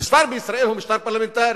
המשטר בישראל הוא משטר פרלמנטרי.